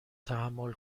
تحمل